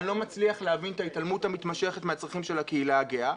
אני לא מצליח להבין את ההתעלמות המתמשכת מהצרכים של הקהילה הגאה.